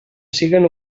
siguen